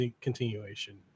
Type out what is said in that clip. continuation